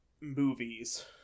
movies